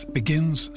begins